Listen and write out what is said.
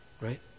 right